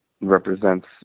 represents